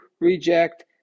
reject